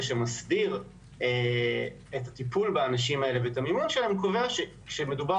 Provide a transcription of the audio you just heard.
ושמסדיר את הטיפול באנשים האלה קובע שכשמדובר